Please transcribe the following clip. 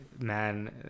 man